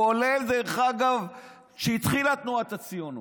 כולל, דרך אגב, כשהתחילה תנועת הציונות.